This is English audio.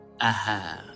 Aha